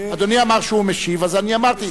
אדוני אמר שהוא משיב אז אני אמרתי,